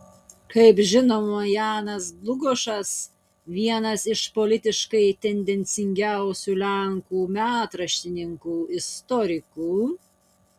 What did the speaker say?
kaip žinoma janas dlugošas vienas iš politiškai tendencingiausių lenkų metraštininkų istorikų